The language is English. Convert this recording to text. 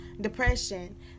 depression